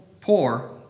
poor